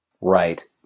Right